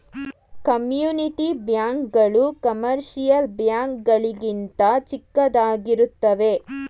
community bank ಗಳು commercial bank ಗಳಿಗಿಂತ ಚಿಕ್ಕದಾಗಿರುತ್ತವೆ